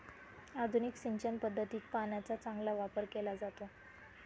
आधुनिक सिंचन पद्धतीत पाण्याचा चांगला वापर केला जातो